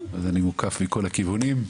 אז אני מוקף מכל הכיוונים,